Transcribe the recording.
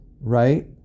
right